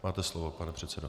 Máte slovo, pane předsedo.